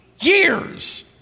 years